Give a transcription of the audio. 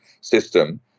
system